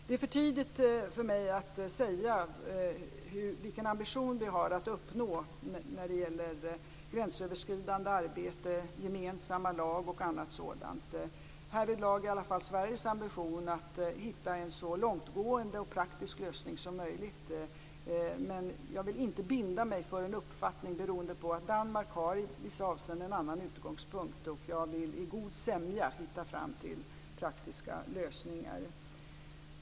Det är för tidigt för mig att säga vilken ambition vi har att uppnå när det gäller gränsöverskridande arbete, gemensamma lag och annat sådant. Härvidlag är i alla fall Sveriges ambition att hitta en så långtgående och praktisk lösning som möjligt. Men jag vill inte binda mig för en uppfattning. Danmark har nämligen i vissa avseenden en annan utgångspunkt, och jag vill i god sämja hitta fram till praktiska lösningar.